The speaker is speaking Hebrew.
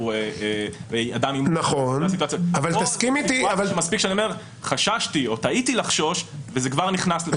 כאן מספיק שאני או מר חששתי או טעיתי לחשוש וזה כבר נכנס.